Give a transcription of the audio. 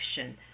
action